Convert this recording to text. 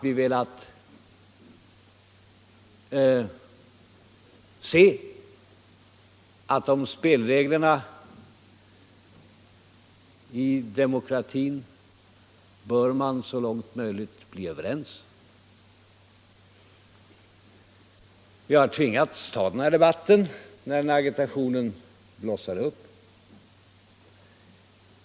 Vi har velat se det så, att om spelreglerna i demokratin bör man så långt möjligt bli överens. Vi har tvingats ta en debatt i denna fråga eftersom den här agitationen har blossat upp.